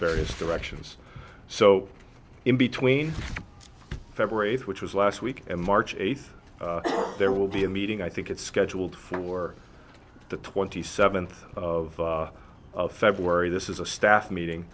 various directions so in between february eighth which was last week and march eighth there will be a meeting i think it's scheduled for the twenty seventh of february this is a staff meeting